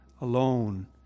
alone